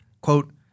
quote